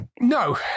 No